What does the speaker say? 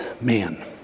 Man